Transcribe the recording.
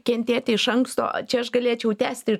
kentėti iš anksto čia aš galėčiau tęsti